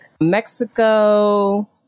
Mexico